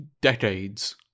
decades